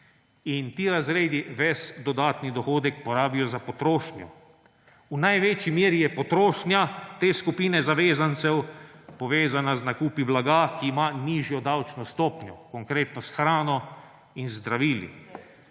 Ti razredi ves dodatni dohodek porabijo za potrošnjo. V največji meri je potrošnja te skupine zavezancev povezana z nakupi blaga, ki ima nižjo davčno stopnjo, konkretno s hrano in z zdravili.